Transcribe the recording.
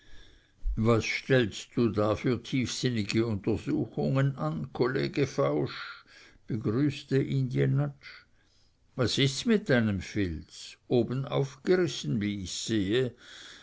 was stellst du da für tiefsinnige untersuchungen an kollege fausch begrüßte ihn jenatsch was ist's mit deinem filz oben aufgerissen wie ich sehe